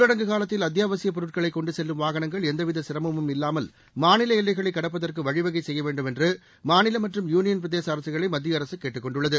ஊரடங்கு காலத்தில் அத்தியாவசியப் பொருட்களை கொண்டு செல்லும் வாகனங்கள் எந்தவித சிரமமும் இல்லாமல் மாநில எல்லைகளை கடப்பதற்கு வழிவகை செய்ய வேண்டும் என்று மாநில மற்றும் யூனியன்பிரதேச அரசுகளை மத்திய அரசு கேட்டுக் கொண்டுள்ளது